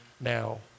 now